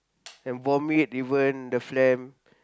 and vomit even the phlegm